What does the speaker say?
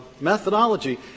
methodology